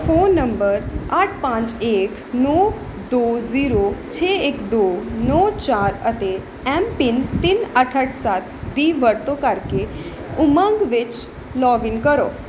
phone number ਅੱਠ ਪਾਜ ਏਕ ਨੌਂ ਦੋ ਜ਼ੀਰੋ ਛੇ ਇੱਕ ਦੋ ਨੌਂ ਚਾਰ ਅਤੇ ਐਮਪਿੰਨ ਤਿੰਨ ਅੱਠ ਅੱਠ ਸੱਤ ਦੀ ਵਰਤੋਂ ਕਰਕੇ ਉਮੰਗ ਵਿੱਚ ਲੌਗਇਨ ਕਰੋ